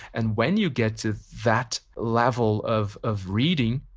and when you get to that level of of reading,